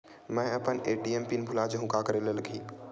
मैं अपन ATM PIN भुला जहु का करे ला लगही?